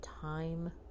time